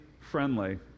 friendly